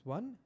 One